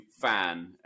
fan